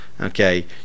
Okay